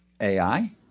AI